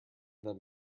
them